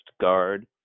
guard